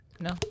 no